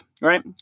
right